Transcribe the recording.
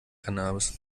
cannabis